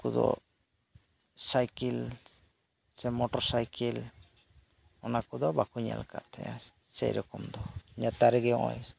ᱩᱱᱠᱩ ᱫᱚ ᱥᱟᱭᱠᱮᱞ ᱥᱮ ᱢᱚᱴᱚᱨ ᱥᱟᱭᱠᱮᱞ ᱚᱱᱟ ᱠᱚᱫᱚ ᱵᱟᱠᱚ ᱧᱮᱞ ᱟᱠᱟᱫᱟ ᱛᱟᱦᱮᱸᱱᱟ ᱥᱮ ᱨᱚᱠᱚᱢ ᱫᱚ ᱱᱮᱛᱟᱨ ᱜᱮ ᱱᱚᱜ ᱚᱭ